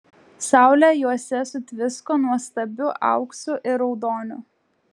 saulė juose sutvisko nuostabiu auksu ir raudoniu